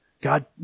God